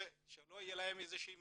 שלא יהיה להם איזה שהוא מימון.